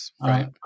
right